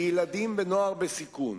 לילדים ונוער בסיכון,